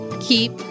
keep